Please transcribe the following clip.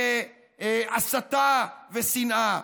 הסתה ושנאה.